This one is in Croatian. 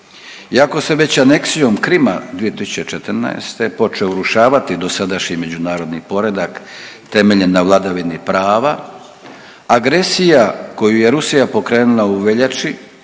Iako se već aneksijom Krima 2014. počeo urušavati dosadašnji međunarodni poredak temeljem na vladavini prava, agresija koju je Rusija pokrenula u veljači